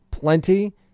plenty